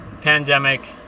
pandemic